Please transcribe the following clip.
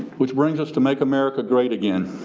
which brings us to make america great again.